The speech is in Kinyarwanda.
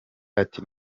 ati